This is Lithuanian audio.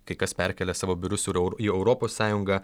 kai kas perkelia savo biurus ir į europos sąjungą